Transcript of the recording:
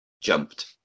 jumped